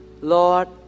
Lord